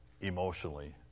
emotionally